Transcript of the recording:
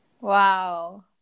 Wow